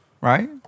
Right